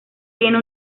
tiene